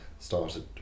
started